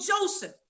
Joseph